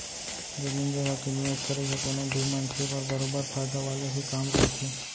जमीन जघा के निवेस करई ह कोनो भी मनसे बर बरोबर फायदा वाले ही काम रहिथे